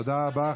תודה רבה.